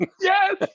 yes